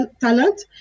talent